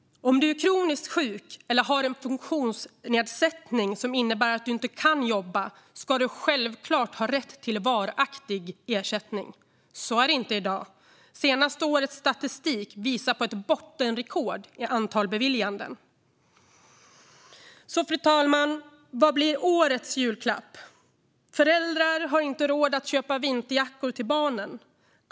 Om du är kroniskt sjuk eller har en funktionsnedsättning som innebär att du inte kan jobba ska du självklart ha rätt till varaktig ersättning. Så är det inte i dag. Senaste årets statistik visar ett bottenrekord i antalet beviljanden. Fru talman! Vad blir då årets julklapp? Föräldrar har inte råd att köpa vinterjackor till barnen.